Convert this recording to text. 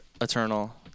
Eternal